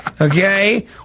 Okay